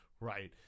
right